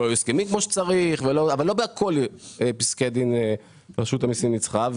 לא הסכמי כמו צריך אבל לא בכל פסקי הדין רשות המיסים ניצחה.